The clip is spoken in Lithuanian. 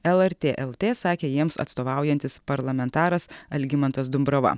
lrt lt sakė jiems atstovaujantis parlamentaras algimantas dumbrava